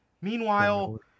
Meanwhile